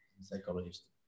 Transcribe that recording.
psychologist